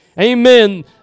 Amen